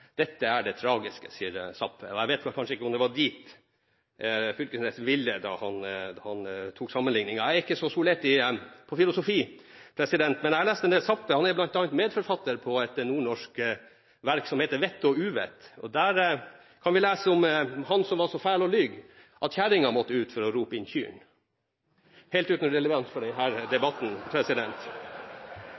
Dette er det «tragiske».» Jeg vet vel kanskje ikke om det var dit Knag Fylkesnes ville da han foretok sammenligningen. Jeg er ikke så skolert i filosofi, men jeg har lest en del av Zapffe. Han er bl.a. medforfatter av et nordnorsk verk som heter Vett og uvett. Der kan vi lese om han som var så fæl til å lyge at kjerringa måtte ut for å rope inn kyrene – helt uten relevans for denne debatten.